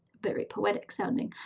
very poetic sounding,